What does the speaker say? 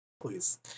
please